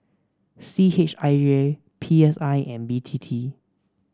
C H I J P S I and B T T